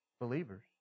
believers